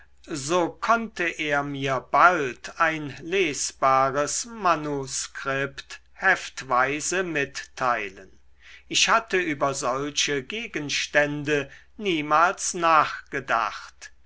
so konnte er mir bald ein lesbares manuskript heftweise mitteilen ich hatte über solche gegenstände niemals nachgedacht